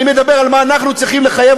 אני מדבר על מה שאנחנו צריכים לחייב